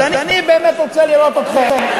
אז אני באמת רוצה לראות אתכם,